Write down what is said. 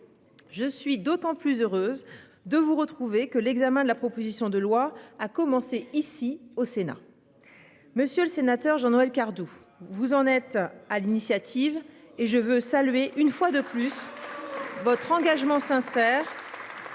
Je suis d'autant plus heureuse de vous retrouver que l'examen de la proposition de loi a commencé ici au Sénat. Monsieur le sénateur Jean-Noël Cardoux vous en êtes à l'initiative et je veux saluer une fois de. Suisse. Votre engagement sincère.--